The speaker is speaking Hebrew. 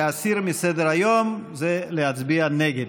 להסיר מסדר-היום זה להצביע נגד.